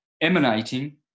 emanating